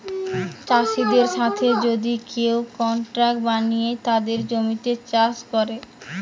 চাষিদের সাথে যদি কেউ কন্ট্রাক্ট বানিয়ে তাদের জমিতে চাষ করে